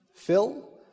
Phil